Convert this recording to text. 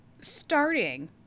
starting